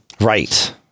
Right